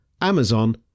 amazon